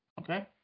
Okay